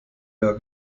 jahr